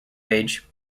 age